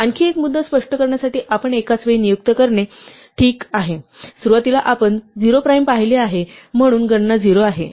आणखी एक मुद्दा स्पष्ट करण्यासाठी आपण एकाचवेळी नियुक्ती करणे ठीक आहे सुरुवातीला आपण 0 प्राइम पाहिले आहे म्हणून गणना 0 आहे